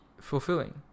fulfilling